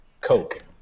coke